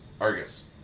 Argus